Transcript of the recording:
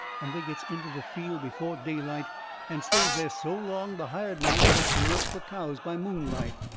and they gets into the field before daylight and stays there so long the hired man's got to milk the cows by moonlight.